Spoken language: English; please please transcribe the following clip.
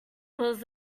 was